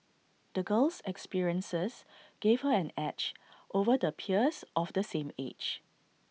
the girl's experiences gave her an edge over the peers of the same age